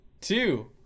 two